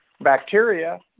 bacteria